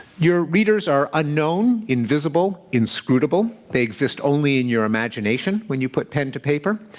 your readers are unknown, invisible, inscrutable. they exist only in your imagination when you put pen to paper.